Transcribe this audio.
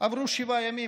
עברו שבעה ימים,